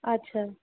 আচ্ছা